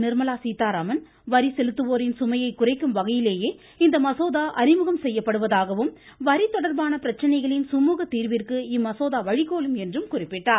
நிர்மலா சீதாராமன் வரி செலுத்துவோரின் சுமையை குறைக்கும் வகையிலேயே இந்த மசோதா அறிமுகம் செய்யப் படுவதாகவும் வரி தொடர்பான பிரச்சனைகளின் சுழக தீர்விற்கு இம்மசோதா வழிகோலும் என்றும் குறிப்பிட்டார்